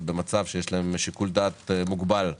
במצב שיש להם שיקול דעת מוגבל בהצבעה.